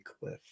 cliff